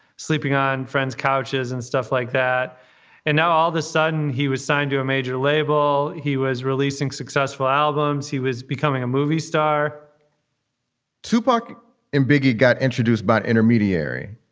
sleeping on friends, couches and stuff like that and now, all the sudden, he was signed to a major label. he was releasing successful albums. he was becoming a movie star tupac and biggie got introduced by intermediary,